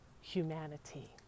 humanity